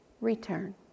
return